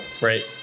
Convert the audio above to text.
Right